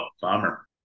bummer